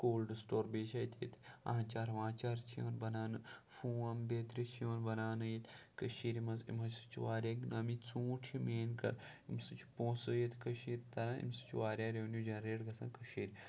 cold store بیٚیہِ چھِ اَتہِ ییٚتہِ آنٛچار وانٛچار چھِ یِوان بَناونہٕ فوم بیترِ چھِ یِوان بَناونہٕ ییٚتہِ کٔشیٖرِ منٛز یِمو سۭتۍ چھِ واریاہ اِکنامی ژوٗنٹھ چھِ مین کہ اَمہِ سۭتۍ چھِ پونٛسٕہ ییٚتہِ کٔشیٖرِ تَران اَمہِ سۭتۍ چھِ واریاہ رٮ۪ونیوٗ جَنریٹ گَژھان کٔشیٖرِ